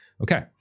Okay